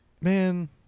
man